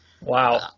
Wow